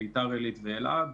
ביתר עלית ואלעד,